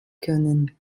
können